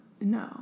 no